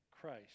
Christ